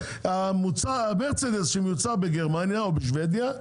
מרצדס שמיוצר בגרמניה או בשוודיה,